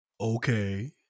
okay